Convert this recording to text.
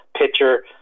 pitcher